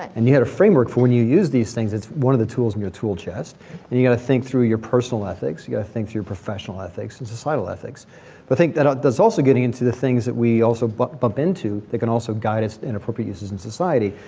and you had a framework for when you use these things, it's one of the tools in your tool chest, and you gotta think through your personal ethics, you gotta think your professional ethics and societal ethics. but i think that there's also getting into the things that we also but bump into, that can also guide us inappropriate uses in society,